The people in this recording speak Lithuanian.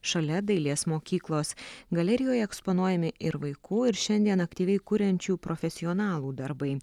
šalia dailės mokyklos galerijoje eksponuojami ir vaikų ir šiandien aktyviai kuriančių profesionalų darbai